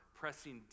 pressing